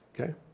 okay